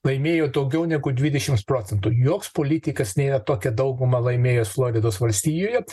laimėjo daugiau negu dvidešims procentų joks politikas nėra tokią daugumą laimėjęs floridos valstijoje